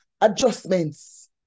adjustments